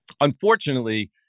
unfortunately